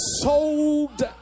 sold